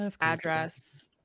address